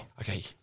Okay